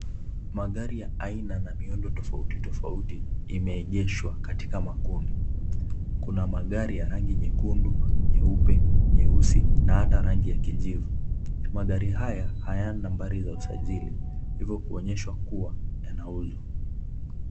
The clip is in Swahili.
Magari ya aina na miundo tofauti tofauti imeegeshwa katika makundi. Kuna magari ya rangi nyekundu, nyeupe, nyeusi na hata rangi ya kijivu. Magari haya hayana nambari za usajili. Hivo kuonyesha kuwa yanauzwa.